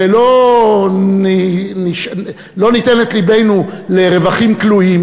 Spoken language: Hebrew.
ולא ניתן את לבנו לרווחים כלואים,